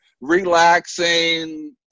relaxing